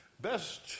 best